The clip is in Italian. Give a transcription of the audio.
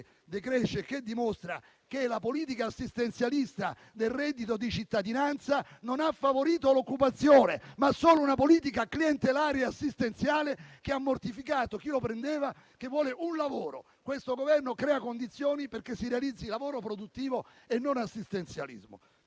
decresce e dimostra che la politica assistenzialista del reddito di cittadinanza ha favorito non l'occupazione, ma solo una politica clientelare e assistenziale che ha mortificato chi lo prendeva e vuole un lavoro. Questo Governo crea condizioni perché si realizzi lavoro produttivo e non assistenzialismo.